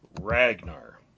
Ragnar